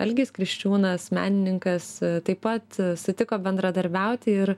algis kriščiūnas menininkas taip pat sutiko bendradarbiauti ir